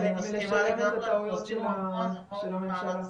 אני מסכימה איתך, אנחנו עשינו המון המון מאמצים.